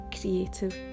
creative